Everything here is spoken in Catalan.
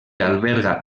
alberga